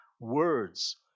words